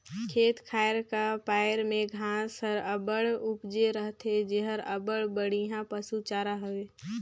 खेत खाएर का पाएर में घांस हर अब्बड़ उपजे रहथे जेहर अब्बड़ बड़िहा पसु चारा हवे